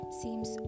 seems